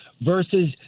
versus